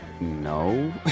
no